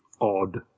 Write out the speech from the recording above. odd